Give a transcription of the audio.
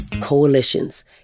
Coalitions